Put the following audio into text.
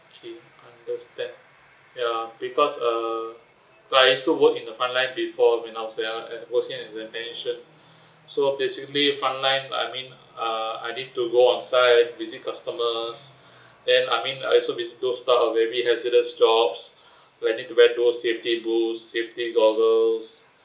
okay understand ya because err I used to work in the frontline before when I was ya working as a technician so basically frontline like I mean uh I need to go onsite visit customers then I mean I also visit those type of heavy hazardous jobs where I need to wear those safety boots safety goggles